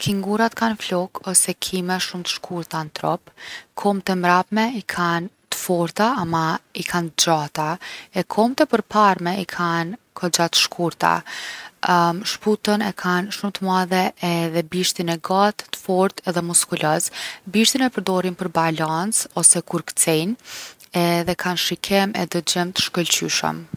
Kingurat kan flokë ose kime shumë t’shkurta n’trup. Komt e mrapme i kanë t’forta ama i kanë t’gjata. E komt e përparme i kan kogja t’shkurta. Shputën e kan’ shumë t’madhe edhe bishtin e gat’ t’fortë edhe muskuloz. Bishtin e përdorin për balancë ose kur kcejnë edhe kanë shikim e dëgjim t’shkëlqyshëm.